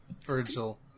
Virgil